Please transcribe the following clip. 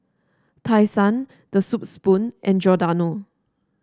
Tai Sun The Soup Spoon and Giordano